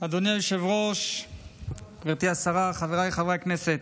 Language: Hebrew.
אדוני היושב-ראש, גברתי השרה, חבריי חברי הכנסת,